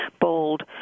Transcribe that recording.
bold